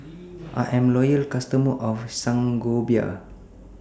I'm A Loyal customer of Sangobion